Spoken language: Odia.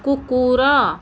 କୁକୁର